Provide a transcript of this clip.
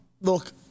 look